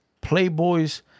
Playboy's